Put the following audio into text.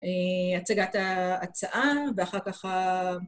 הצגת ההצעה, ואחר כך...